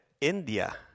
India